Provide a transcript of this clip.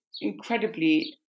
incredibly